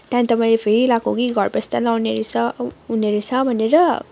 त्यहाँदेखि त मैले फेरि लाएको कि घर बस्दा पनि लाउने रहेछ हुने रहेछ भनेर